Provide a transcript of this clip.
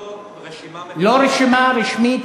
לא הרשימה.